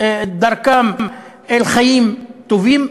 דרכם אל חיים טובים,